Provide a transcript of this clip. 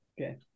Okay